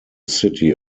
city